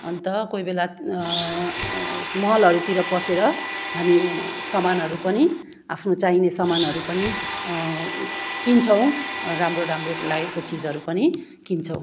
अन्त कोही बेला मलहरूतिर पसेर हामी सामानहरू पनि आफ्नो चाहिने सामानहरू पनि किन्छौँ राम्रो राम्रो लागेको चिजहरू पनि किन्छौँ